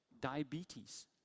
diabetes